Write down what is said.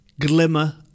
glimmer